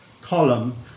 column